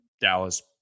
Dallas